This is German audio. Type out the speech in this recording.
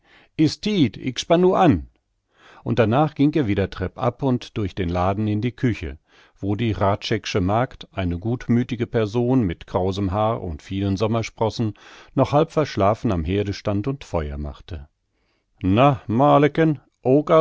ick spann nu an und danach ging er wieder treppab und durch den laden in die küche wo die hradscheck'sche magd eine gutmüthige person mit krausem haar und vielen sommersprossen noch halb verschlafen am herde stand und feuer machte na